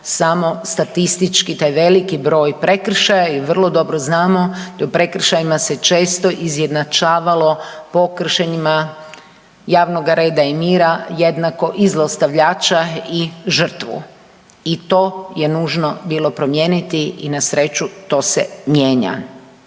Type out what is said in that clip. samo statistički taj veliki broj prekršaja i vrlo dobro znamo u prekršajima se često izjednačavalo po kršenjima javnoga reda i mira jednako i zlostavljača i žrtvu i to je nužno bilo promijeniti i na sreću to se mijenja.